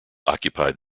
occupied